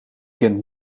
kent